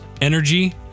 energy